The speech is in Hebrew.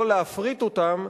לא להפריט אותם,